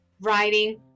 writing